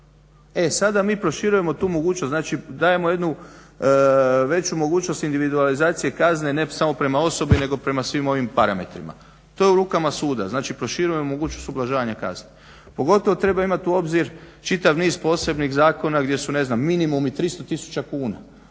E sada mi proširujemo tu mogućnost, znači dajemo jednu veću mogućnost individualizacije kazne ne samo prema osobi nego prema svim ovim parametrima. To je u rukama suda. Znači proširujemo mogućnost ublažavanja kazne. Pogotovo treba uzeti u obzir čitav niz posebnih zakona gdje su minimumi 300 tisuća